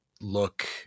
look